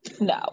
No